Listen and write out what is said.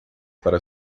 para